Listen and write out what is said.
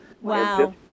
Wow